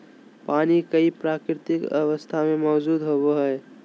पानी कई प्राकृतिक अवस्था में मौजूद होबो हइ